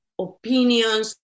opinions